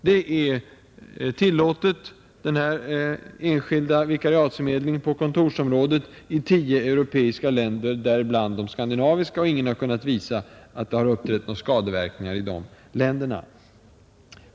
Denna enskilda vikariatsförmedling på kontorsområdet är tillåten i tio europeiska länder, däribland de övriga skandinaviska. Ingen har kunnat visa att några skadeverkningar har uppträtt i de länderna.